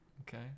Okay